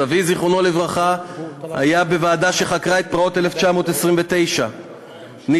סבי זיכרונו לברכה היה בוועדה שחקרה את פרעות 1929. טרור,